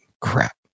Crap